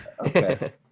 Okay